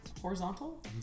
horizontal